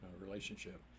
relationship